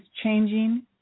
changing